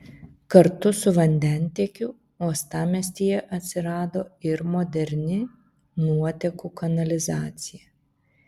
kartu su vandentiekiu uostamiestyje atsirado ir moderni nuotekų kanalizacija